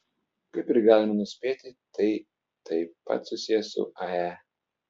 kaip ir galima nuspėti tai taip pat susiję su ae